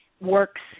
works